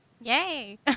yay